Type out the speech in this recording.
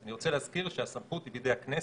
אני רוצה להזכיר שהסמכות היא בידי הכנסת.